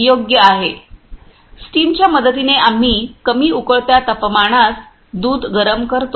योग्य आहे स्टीमच्या मदतीने आम्ही कमी उकळत्या तापमानासं दुध गरम करतो